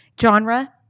genre